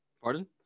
Pardon